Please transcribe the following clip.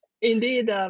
Indeed